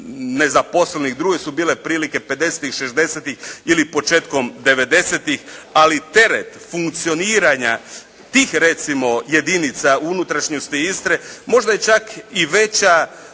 nezaposlenih. Druge su bile prilike '50.-ih, '60. ili početkom '90.-ih, ali teret funkcioniranja tih recimo jedinica u unutrašnjosti Istre možda je čak i veća